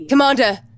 Commander